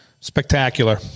spectacular